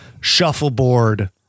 shuffleboard